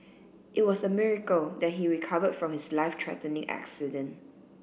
it was a miracle that he recovered from his life threatening accident